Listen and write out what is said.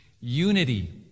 Unity